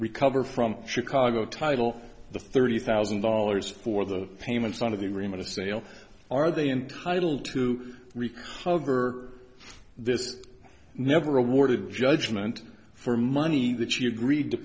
recover from chicago title the thirty thousand dollars for the payments out of the remit of sale are they entitled to recover this never awarded judgment for money that you agreed to